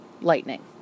Lightning